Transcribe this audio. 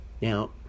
Now